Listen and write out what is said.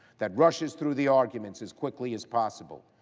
that rushes through the argument as quickly as possible.